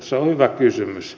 se on hyvä kysymys